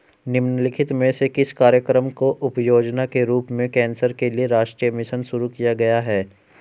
निम्नलिखित में से किस कार्यक्रम को उपयोजना के रूप में कैंसर के लिए राष्ट्रीय मिशन शुरू किया गया है?